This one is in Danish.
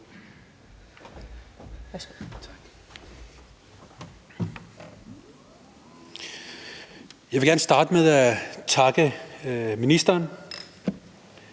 Jeg vil gerne starte med at takke ministeren